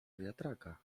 wiatraka